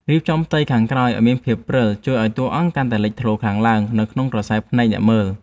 រៀបចំផ្ទៃខាងក្រោយឱ្យមានភាពព្រិលជួយឱ្យតួអង្គកាន់តែលេចធ្លោខ្លាំងឡើងនៅក្នុងក្រសែភ្នែកអ្នកមើល។